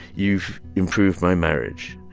you've improved my marriage.